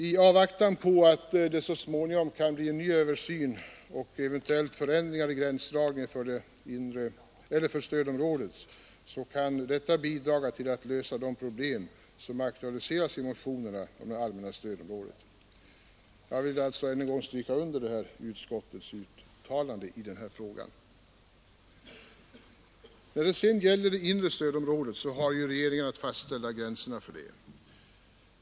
I avvaktan på att det så småningom skall bli en ny översyn och eventuella förändringar i gränsdragningen för stödområdet kan detta bidra till att lösa de problem som aktualiserats i motionerna om det allmänna stödområdet. Jag vill alltså än en gång stryka under utskottets uttalande i den här frågan. När det sedan gäller det inre stödområdet har regeringen att fastställa gränserna för det.